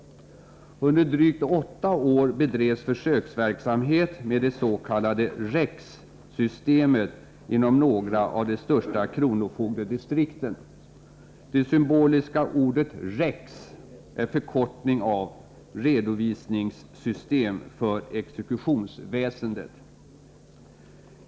Under drygt åtta år bedrevs försöksverksamhet med det s.k. REX-systemet inom några av de största kronofogdedistrikten. Det symboliska ordet REX är en förkortning av ”redovisningssystem för exekutionsväsendet”.